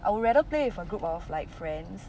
I would rather play with a group of like friends